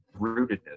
rootedness